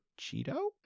Cheeto